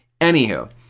anywho